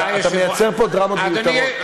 אתה יוצר פה דרמות מיותרות.